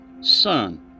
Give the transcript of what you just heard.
son